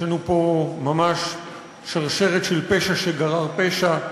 יש לנו פה ממש שרשרת של פשע שגרר פשע: